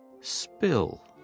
spill